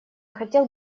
хотел